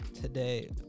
today